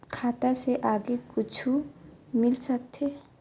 खाता से आगे कुछु मिल सकथे?